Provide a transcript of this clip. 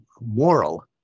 moral